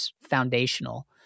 foundational